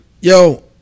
Yo